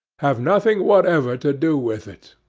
have nothing whatever to do with it.